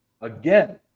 Again